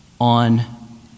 on